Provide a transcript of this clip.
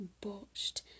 botched